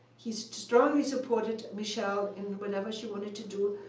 he strongly supported michelle in whatever she wanted to do.